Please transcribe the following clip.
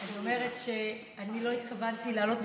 אני אומרת שלא התכוונתי לעלות,